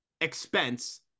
expense